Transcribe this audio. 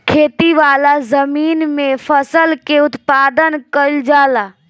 खेती वाला जमीन में फसल के उत्पादन कईल जाला